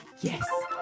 Yes